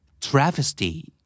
Travesty